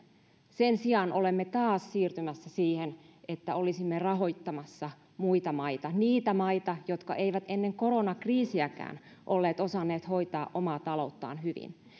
sen sijaan olemme taas siirtymässä siihen että olisimme rahoittamassa muita maita niitä maita jotka eivät ennen koronakriisiäkään olleet osanneet hoitaa omaa talouttaan hyvin